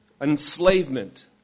enslavement